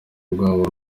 rwabo